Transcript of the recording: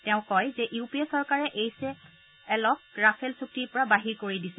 তেওঁ কয় যে ইউ পি এ চৰকাৰে এইচ এল এক ৰাফেল চুক্তিৰ পৰা বাহিৰ কৰি দিছিল